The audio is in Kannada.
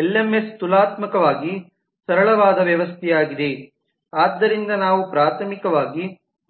ಎಲ್ಎಂಎಸ್ ತುಲನಾತ್ಮಕವಾಗಿ ಸರಳವಾದ ವ್ಯವಸ್ಥೆಯಾಗಿದೆ ಆದ್ದರಿಂದ ನಾವು ಪ್ರಾಥಮಿಕವಾಗಿ